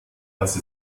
dass